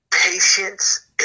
patience